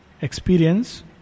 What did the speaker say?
experience